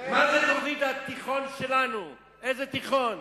מה זה תוכנית "התיכון שלנו", איזה תיכון?